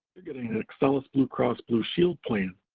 you're getting an excellus bluecross blueshield plan,